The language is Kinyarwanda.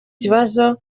kibazo